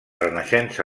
renaixença